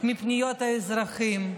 מפניות האזרחים,